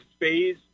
phase